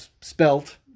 spelt